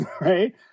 right